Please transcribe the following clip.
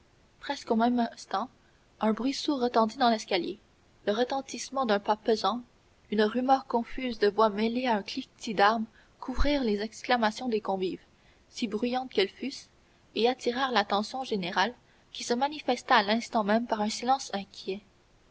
presque au même instant un bruit sourd retentit dans l'escalier le retentissement d'un pas pesant une rumeur confuse de voix mêlées à un cliquetis d'armes couvrirent les exclamations des convives si bruyantes qu'elles fussent et attirèrent l'attention générale qui se manifesta à l'instant même par un silence inquiet